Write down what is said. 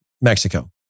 Mexico